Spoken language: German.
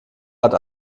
hat